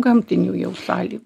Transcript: gamtinių jau sąlygų